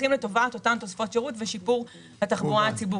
הולכים לטובת אותן תוספות שירות ושיפור התחבורה הציבורית.